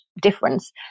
difference